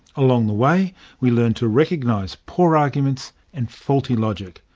along the way we learn to recognise poor arguments and faulty logic.